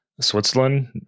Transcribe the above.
Switzerland